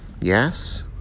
Yes